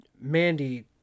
Mandy